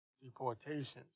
deportations